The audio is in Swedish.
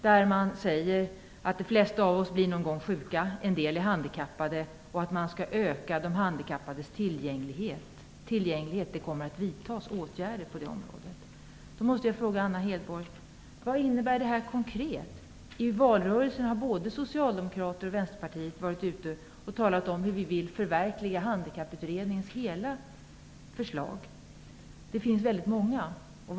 Där sägs det att de flesta av oss någon gång blir sjuka. En del är handikappade. Man skall öka de handikappades tillgänglighet. Det kommer att vidtas åtgärder på det området. Då måste jag fråga Anna Hedborg: Vad innebär detta konkret? I valrörelsen har både socialdemokrater och vänsterpartister talat om hur vi vill förverkliga Handikapputredningens förslag som helhet. Det finns ju rätt många förslag.